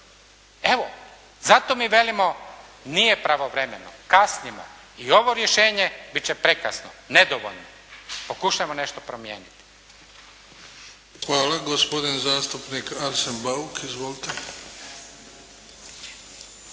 Evo, zato mi velimo nije pravovremeno, kasnimo i ovo rješenje bit će prekasno, nedovoljno, pokušajmo nešto promijeniti. **Bebić, Luka (HDZ)** Hvala. Gospodin zastupnik Arsen Bauk. Izvolite.